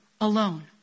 Alone